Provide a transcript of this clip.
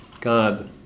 God